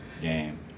game